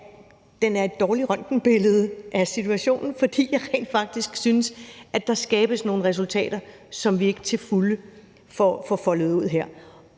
den er et dårligt røntgenbillede af situationen, fordi jeg rent faktisk synes, at der skabes nogle resultater, som vi ikke til fulde får foldet ud her.